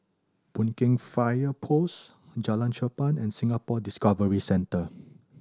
Boon Keng Fire Post Jalan Cherpen and Singapore Discovery Centre